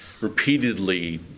repeatedly